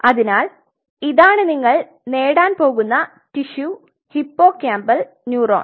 അതിനാൽ ഇതാണ് നിങ്ങൾ നേടാൻ പോകുന്ന ടിഷ്യു ഹിപ്പോകാമ്പൽ ന്യൂറോൺ